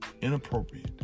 inappropriate